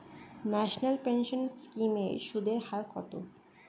National pension scheme এর সুদের হার কত?